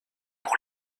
pour